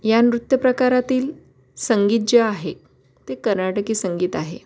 या नृत्यप्रकारातील संगीत जे आहे ते कर्नाटकी संगीत आहे